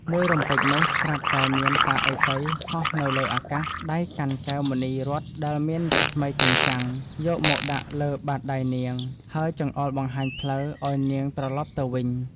មួយរំពេចនោះ ស្រាប់តែ មានតាឥសីហោះនៅលើអាកាស ដៃកាន់កែវ មណីរត្នដែលមានរស្មីចែងចាំង យកមកដាក់លើបាតដៃនាង ហើយចង្អុល បង្ហាញផ្លូវ ឱ្យនាងត្រឡប់ទៅវិញ ។